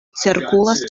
cirkulas